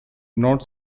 not